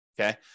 Okay